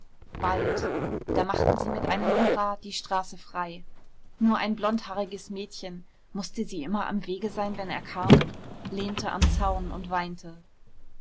bald da machten sie mit einem hurra die straße frei nur ein blondhaariges mädchen mußte sie immer am wege sein wenn er kam lehnte am zaun und weinte